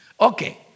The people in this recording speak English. Okay